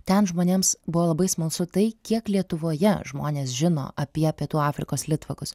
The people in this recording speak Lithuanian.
ten žmonėms buvo labai smalsu tai kiek lietuvoje žmonės žino apie pietų afrikos litvakus